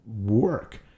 work